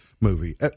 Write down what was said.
movie